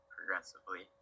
progressively